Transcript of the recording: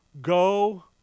go